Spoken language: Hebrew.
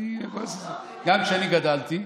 גם כשאני גדלתי,